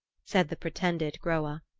said the pretended groa.